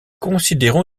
considérons